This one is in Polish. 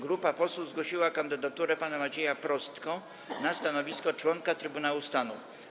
Grupa posłów zgłosiła kandydaturę pana Macieja Prostko na stanowisko członka Trybunału Stanu.